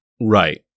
Right